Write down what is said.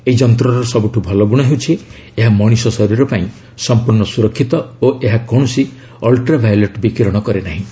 ଏହି ଯନ୍ତ୍ରର ସବୁଠୁ ଭଲଗୁଣ ହେଉଛି ଏହା ମଣିଷ ଶରୀର ପାଇଁ ସମ୍ପୂର୍ଣ୍ଣ ସୁରକ୍ଷିତ ଓ ଏହା କୌଣସି ଅଲ୍କାଭାୟୋଲେଟ୍ ବିକୀରଣ କରେ ନାହିଁ